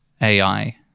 AI